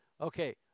Okay